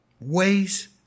Ways